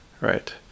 right